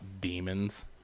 demons